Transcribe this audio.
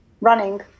running